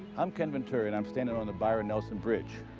i'm ken venturi and i'm standing on the byron nelson bridge,